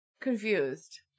confused